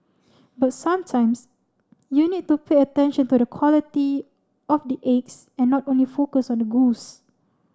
but sometimes you need to pay attention to the quality of the eggs and not only focus on the goose